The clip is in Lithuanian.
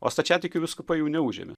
o stačiatikių vyskupai jų neužėmė